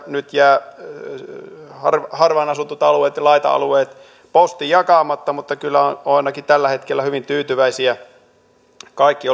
nyt jää harvaan asuttujen alueiden ja laita alueiden posti jakamatta mutta ainakin tällä hetkellä kaikki